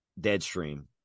Deadstream